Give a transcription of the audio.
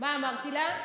מה אמרתי לה?